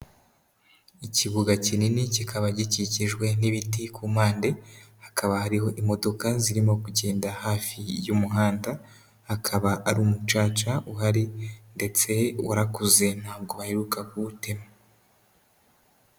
Ikibuga kinini kikaba gikikijwe n'ibiti ku mpande, hakaba hariho imodoka zirimo kugenda hafi y'umuhanda, hakaba ari umucaca uhari ndetse warakuze ntabwo baheruka kuwutema.